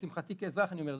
לשמחתי כאזרח אני אומר,